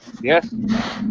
Yes